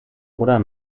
oder